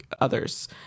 Others